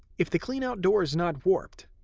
if the cleanout door is not warped,